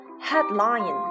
Headline